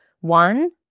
one